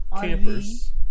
campers